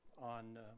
on